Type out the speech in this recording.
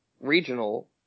regional